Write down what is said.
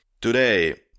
Today